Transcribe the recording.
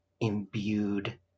imbued